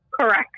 Correct